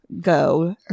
Go